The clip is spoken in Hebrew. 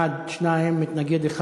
בעד, 2, מתנגד,